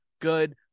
good